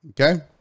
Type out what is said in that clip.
okay